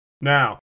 Now